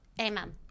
Amen